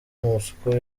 moscou